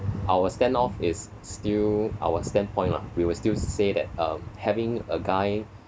our stand off is still our standpoint lah we will still say that uh having a guy